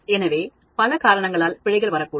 எனவே பல காரணங்களால் பிழைகள் வரக்கூடும்